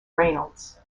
reynolds